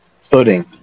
Footing